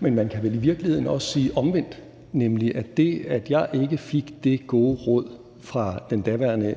Men man kan vel i virkeligheden også sige det omvendt, nemlig at det, at jeg ikke fik det gode råd fra den daværende